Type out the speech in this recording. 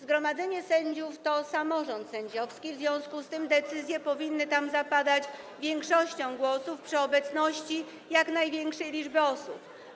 Zgromadzenie sędziów to samorząd sędziowski, w związku z tym decyzje powinny tam zapadać większością głosów w obecności jak największej liczby osób.